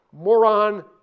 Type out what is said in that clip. Moron